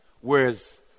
Whereas